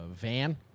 van